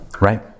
Right